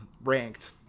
ranked